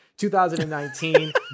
2019